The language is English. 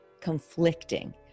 conflicting